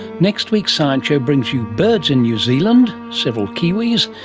next week's science show brings you birds in new zealand several kiwis,